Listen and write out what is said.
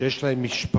שיש להם משפחות